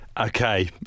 Okay